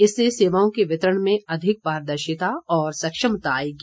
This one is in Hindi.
इससे सेवाओं के वितरण में अधिक पारदर्शिता और सक्षमता आयेगी